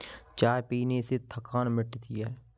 चाय पीने से थकान मिटती है